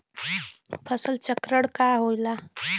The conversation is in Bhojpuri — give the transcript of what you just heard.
फसल चक्रण का होला?